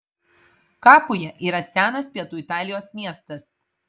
kapuja yra senas pietų italijos miestas